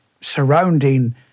surrounding